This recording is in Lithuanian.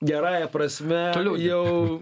gerąja prasme jau